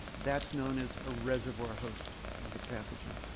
that's known as a reservoir host of the pathogen.